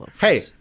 Hey